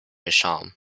isham